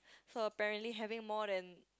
so apparently having more than